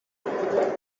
what